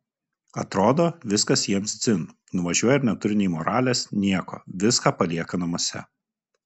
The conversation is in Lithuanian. atrodo viskas jiems dzin nuvažiuoja ir neturi nei moralės nieko viską palieka namuose